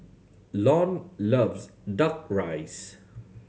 Lon loves Duck Rice